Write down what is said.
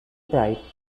pride